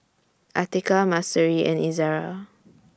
Atiqah Mahsuri and Izara